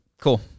Cool